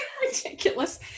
Ridiculous